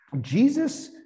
Jesus